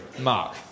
Mark